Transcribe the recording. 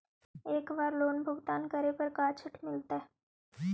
एक बार लोन भुगतान करे पर का छुट मिल तइ?